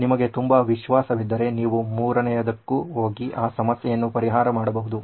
ನಿಮಗೆ ತುಂಬಾ ವಿಶ್ವಾಸವಿದ್ದರೆ ನೀವು 3ನೇಯದಕ್ಕೆ ಹೋಗಿ ಆ ಸಮಸ್ಯೆಯನ್ನು ಪರಿಹಾರ ಮಾಡಬಹುದು